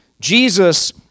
Jesus